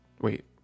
Wait